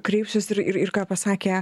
kreipsius ir ir ką pasakę